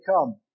come